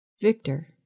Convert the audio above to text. Victor